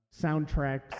soundtracks